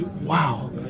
wow